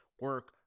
Work